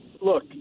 look